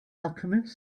alchemist